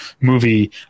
movie